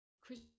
Chris